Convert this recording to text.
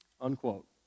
Unquote